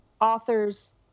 authors